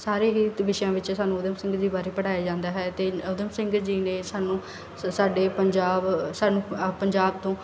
ਸਾਰੇ ਹੀ ਵਿਸ਼ਿਆਂ ਵਿਚ ਸਾਨੂੰ ਊਧਮ ਸਿੰਘ ਜੀ ਬਾਰੇ ਪੜ੍ਹਾਇਆ ਜਾਂਦਾ ਹੈ ਅਤੇ ਊਧਮ ਸਿੰਘ ਜੀ ਨੇ ਸਾਨੂੰ ਸੋ ਸਾਡੇ ਪੰਜਾਬ ਸਾਨੂੰ ਅ ਪੰਜਾਬ ਤੋਂ